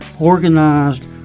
organized